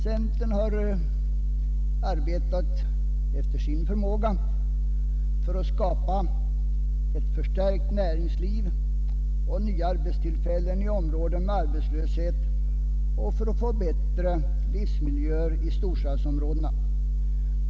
Centern har efter sin förmåga arbetat för att skapa ett förstärkt näringsliv och nya arbetstillfällen i områden med arbetslöshet och för att förbättra livsmiljöerna i storstadsområdena.